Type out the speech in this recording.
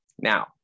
Now